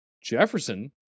Jefferson